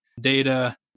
data